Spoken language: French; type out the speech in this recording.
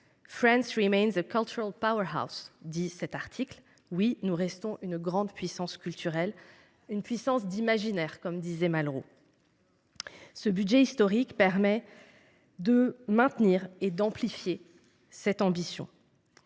influence dans le monde. «», lit on dans cet article. Oui, nous restons une grande puissance culturelle, une « puissance d’imaginaire », comme disait Malraux. Ce budget historique permet de maintenir et d’amplifier notre ambition.